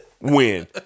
Win